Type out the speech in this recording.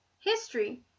History